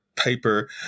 paper